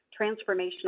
transformational